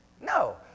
No